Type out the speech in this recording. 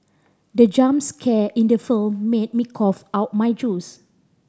the jump scare in the film made me cough out my juice